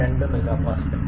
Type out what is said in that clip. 2 MPa ആണ്